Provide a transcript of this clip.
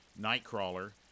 Nightcrawler